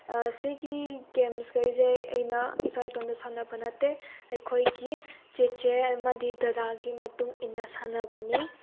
ꯁꯤꯒꯤ ꯒꯦꯝꯁ ꯀꯩꯁꯦ ꯑꯩꯅ ꯏꯁꯥ ꯏꯇꯣꯝꯇ ꯁꯥꯟꯅꯕ ꯅꯠꯇꯦ ꯑꯩꯈꯣꯏꯒꯤ ꯆꯦꯆꯦ ꯑꯃꯗꯤ ꯗꯗꯥꯒꯤ ꯃꯇꯨꯡ ꯏꯟꯅ ꯁꯥꯟꯅꯕꯅꯤ